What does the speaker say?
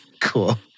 cool